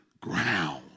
ground